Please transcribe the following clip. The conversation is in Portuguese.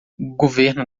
governo